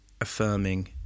Affirming